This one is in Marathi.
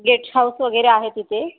गेस्ट हाऊस वगैरे आहे तिथे